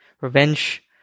revenge